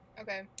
Okay